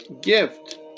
gift